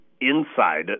inside